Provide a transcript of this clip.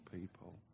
people